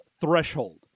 threshold